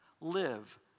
Live